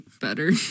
better